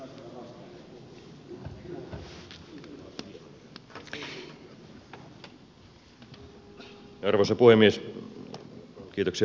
kiitoksia palautteesta